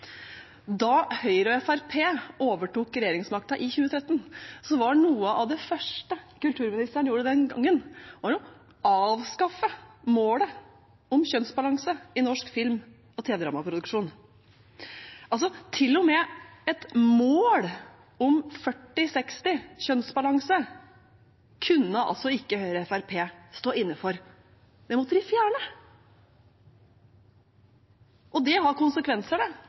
Da Høyre og Fremskrittspartiet overtok regjeringsmakten i 2013, var noe av det første kulturministeren gjorde den gangen, å avskaffe målet om kjønnsbalanse i norsk film- og tv-dramaproduksjon. Til og med et mål om førti-seksti kjønnsbalanse kunne Høyre og Fremskrittspartiet ikke stå inne for. Det måtte de fjerne. Det har konsekvenser, for med én gang det